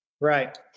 Right